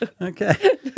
Okay